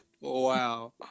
Wow